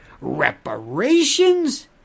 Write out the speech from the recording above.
Reparations